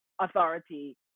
authority